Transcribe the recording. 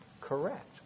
correct